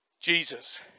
Jesus